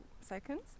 seconds